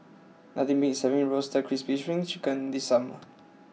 nothing beats having Roasted Crispy Spring Chicken this summer